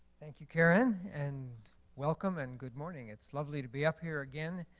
thank you, carin, and welcome and good morning. it's lovely to be up here again.